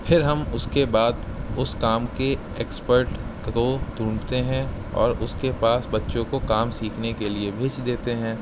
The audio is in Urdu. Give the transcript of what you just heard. پھر ہم اس کے بعد اس کام کے ایکسپرٹ کو ڈھونڈتے ہیں اور اس کے پاس بچوں کو کام سیکھنے کے لیے بھیج دیتے ہیں